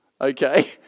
Okay